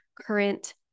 current